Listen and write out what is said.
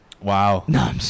wow